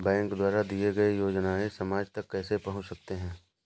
Bank द्वारा दिए गए योजनाएँ समाज तक कैसे पहुँच सकते हैं?